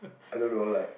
I don't know like